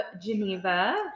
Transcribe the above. Geneva